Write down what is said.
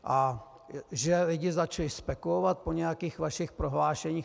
A že lidi začali spekulovat po nějakých vašich prohlášeních.